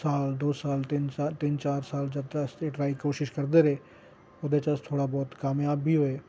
साल दो साल तिन चार साल जब तक अस ट्राई कोशिश करदे रेह् ओह्दे च अस थोह्ड़ा बोह्त कामयाब बी होए